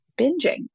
binging